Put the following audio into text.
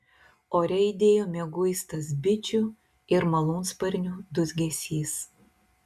ore aidėjo mieguistas bičių ir malūnsparnių dūzgesys